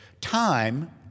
time